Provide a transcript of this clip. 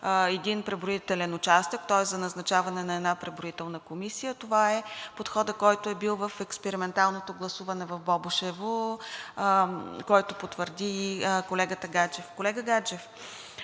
един преброителен участък, тоест за назначаване на една преброителна комисия – това е подходът, който е бил в експерименталното гласуване в Бобошево, което потвърди и колегата Гаджев. Колега Гаджев,